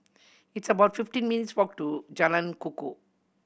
it's about fifty minutes' walk to Jalan Kukoh